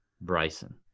bryson